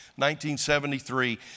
1973